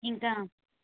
ఇంకా